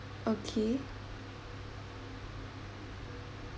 okay